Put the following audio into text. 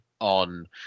on